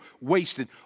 wasted